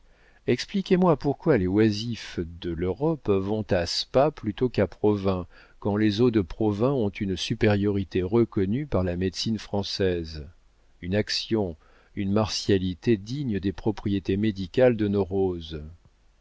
expliquez-moi pourquoi les oisifs de l'europe vont à spa plutôt qu'à provins quand les eaux de provins ont une supériorité reconnue par la médecine française une action une martialité dignes des propriétés médicales de nos roses